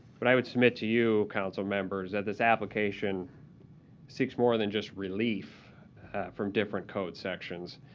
but i would submit to you, council members, that this application seeks more than just relief from different code sections.